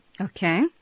Okay